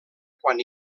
quan